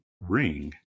ring